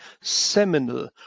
seminal